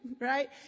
right